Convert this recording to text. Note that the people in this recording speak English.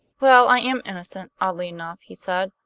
well, i am innocent, oddly enough, he said.